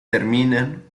terminan